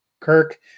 Kirk